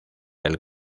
del